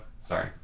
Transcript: sorry